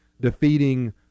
defeating